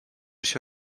się